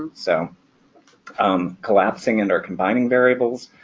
so um collapsing and or combining variables